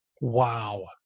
Wow